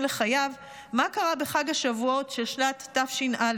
לחייו מה קרה בחג השבועות של שנת תש"א,